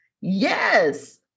Yes